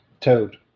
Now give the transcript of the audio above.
Toad